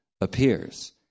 appears